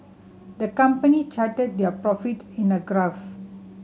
the company charted their profits in a graph